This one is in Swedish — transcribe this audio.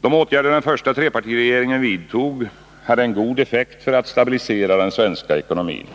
De åtgärder den första trepartiregeringen vidtog hade en god effekt för att stabilisera den svenska ekonomin.